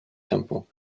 temple